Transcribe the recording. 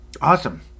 Awesome